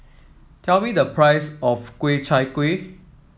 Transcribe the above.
tell me the price of Ku Chai Kuih